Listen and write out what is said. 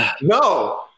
No